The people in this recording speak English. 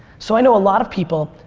so i know a lot of people,